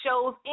Shows